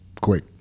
quick